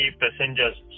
passengers